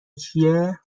چیه